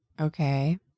okay